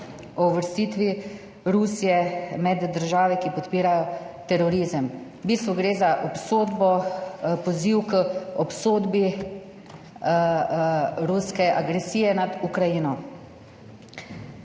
o uvrstitvi Rusije med države, ki podpirajo terorizem. V bistvu gre za obsodbo, poziv k obsodbi ruske agresije nad Ukrajino.